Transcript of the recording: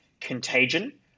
contagion